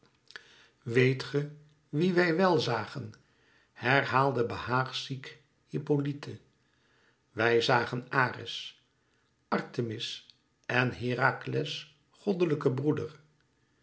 weet ge wien wij wèl zagen herhaalde behaagziek hippolyte wij zagen ares artemis en herakles goddelijken broeder